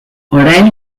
orain